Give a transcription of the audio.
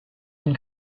and